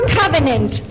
covenant